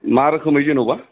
मा रोखोमै जेन'बा